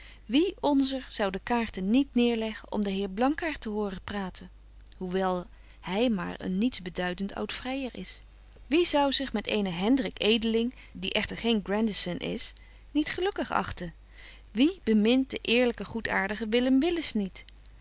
wie onzer zou de kaarten niet neerleggen om den heer blankaart te horen praten hoewel hy maar een niets beduident oud vryer is wie zou zich met eenen hendrik edeling die echter geen grandison is niet gelukkig achten wie bemint den eerlyken goedaartigen willem willis niet